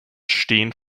stehen